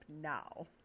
now